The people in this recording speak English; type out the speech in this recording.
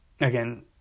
again